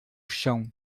chão